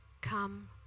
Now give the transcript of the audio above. come